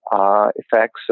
effects